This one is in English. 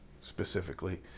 specifically